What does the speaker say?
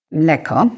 mleko